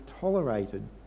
tolerated